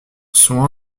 sont